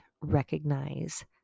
recognize